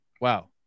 Wow